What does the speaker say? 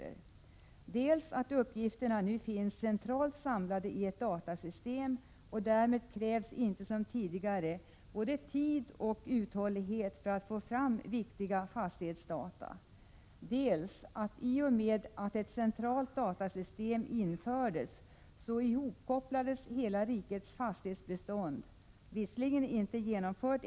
För det första finns uppgifterna nu centralt samlade i ett datasystem, och därmed krävs inte som tidigare både tid och uthållighet för att få fram viktiga fastighetsdata. I och med att ett centralt system införts kopplas för det andra rikets fastighetsbestånd samman i dess helhet.